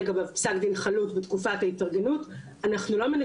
אנחנו לא מנכים ולו אגורה אחת מכספי הפיקדון שלו.